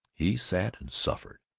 he sat and suffered.